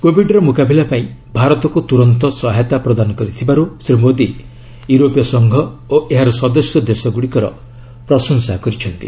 କୋବିଡ୍ର ମୁକାବିଲା ପାଇଁ ଭାରତକୁ ତୁରନ୍ତ ସହାୟତା ପ୍ରଦାନ କରିଥିବାରୁ ଶ୍ରୀ ମୋଦି ୟୁରୋପୀୟ ସଂଘ ଓ ଏହାର ସଦସ୍ୟ ଦେଶଗ୍ରଡ଼ିକର ପ୍ରଶଂସା କରିଚ୍ଛନ୍ତି